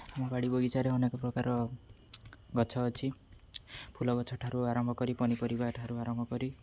ଆମ ବାଡ଼ି ବଗିଚାରେ ଅନେକ ପ୍ରକାର ଗଛ ଅଛି ଫୁଲ ଗଛଠାରୁ ଆରମ୍ଭ କରି ପନିପରିବାଠାରୁ ଆରମ୍ଭ କରି